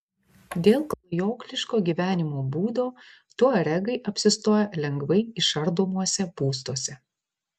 dėl klajokliško gyvenimo būdo tuaregai apsistoja lengvai išardomuose būstuose